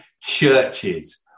churches